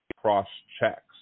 cross-checks